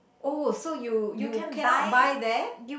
oh so you you cannot buy there